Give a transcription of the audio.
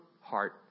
heart